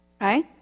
Right